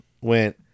went